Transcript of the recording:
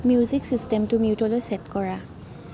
music চিষ্টেমটো মিউটলৈ set কৰা